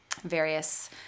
various